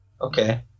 Okay